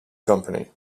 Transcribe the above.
company